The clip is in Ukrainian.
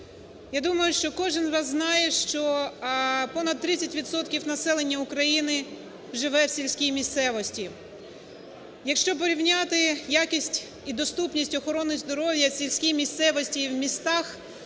Я думаю, що кожен з вас знає, що понад 30 відсотків населення України живе в сільській місцевості. Якщо порівняти якість і доступність охорони здоров'я в сільській місцевості і в містах,